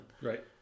Right